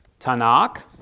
Tanakh